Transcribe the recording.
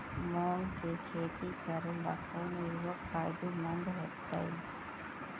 मुंग के खेती करेला कौन उर्वरक फायदेमंद होतइ?